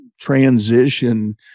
transition